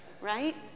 right